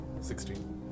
Sixteen